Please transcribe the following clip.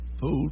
food